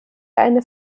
eine